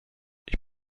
ich